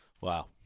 Wow